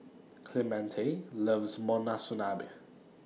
Clemente loves Monsunabe